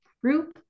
group